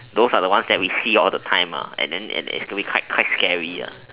those are the ones that we see all the time lah and and then it's quite scary lah